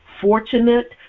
fortunate